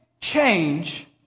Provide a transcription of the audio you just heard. change